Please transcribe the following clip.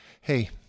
hey